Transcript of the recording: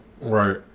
Right